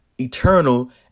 eternal